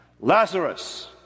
Lazarus